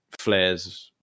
flares